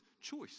choice